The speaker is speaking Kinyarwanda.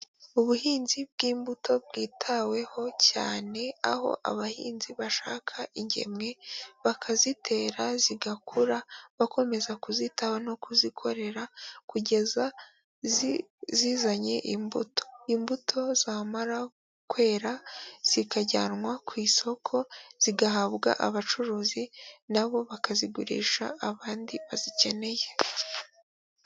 Ubuhinzi bw'imbuto bwitaweho cyane, aho abahinzi bashaka ingemwe, bakazitera, zigakura, bakomeza kuzitaba no kuzikorera kugeza zizanye imbuto, imbuto zamara kwera zikajyanwa ku isoko, zigahabwa abacuruzi na bo bakazigurisha abandi bazikeneye.